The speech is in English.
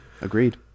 agreed